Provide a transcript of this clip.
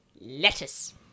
lettuce